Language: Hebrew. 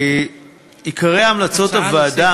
עיקרי המלצות הוועדה,